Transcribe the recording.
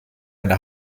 eine